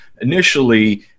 initially